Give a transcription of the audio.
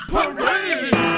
Parade